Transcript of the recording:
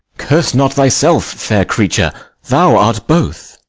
curse not thyself, fair creature thou art both.